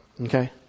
Okay